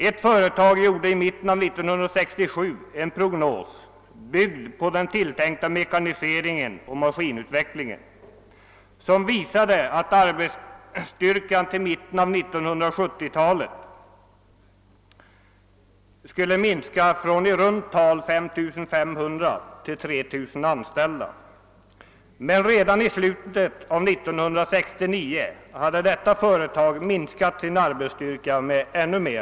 Ett företag gjorde i mitten av 1967 en prognos — byggd på den planerade mekaniseringen och maskinutvecklingen — som visade att arbetsstyrkan fram till mitten av 1970-talet skulle minska från i runt tal 5 500 till 3 000 anställda. Redan i slutet av 1969 hade emellertid minskningen av företagets arbetsstyrka gått längre.